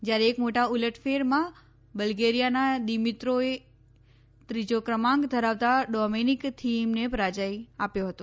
જ્યારે એક મોટા ઉલટફેરમાં બલ્ગેરીયાના દિમિત્રોએ ત્રીજો ક્રમાંક ધરાવતા ડોમેનિક થિઈમને પરાજય આપ્યો હતો